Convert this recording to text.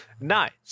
Nice